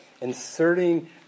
inserting